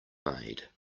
made